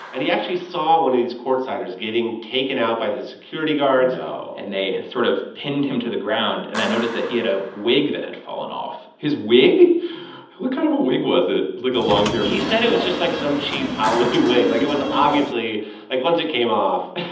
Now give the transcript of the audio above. and he actually saw one of these courtsiders getting taken out by the security guards no and they had sort of pinned him to the ground. and i noticed that he had a wig that had fallen off his wig what kind of a wig was it? like, a long hair. he said it was just, like, some cheap halloween wig. like, it was obviously like, once it came off,